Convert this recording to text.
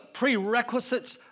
prerequisites